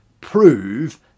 prove